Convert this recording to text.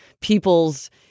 people's